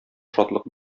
шатлык